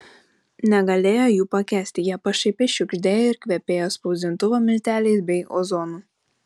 negalėjo jų pakęsti jie pašaipiai šiugždėjo ir kvepėjo spausdintuvo milteliais bei ozonu